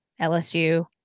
LSU